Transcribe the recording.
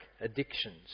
addictions